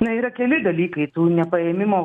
na yra keli dalykai tų nepaėmimo